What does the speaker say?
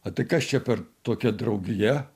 o tai kas čia per tokia draugija